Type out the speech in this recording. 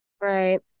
Right